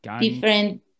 different